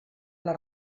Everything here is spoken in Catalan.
les